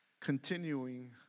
continuing